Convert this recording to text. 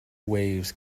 waves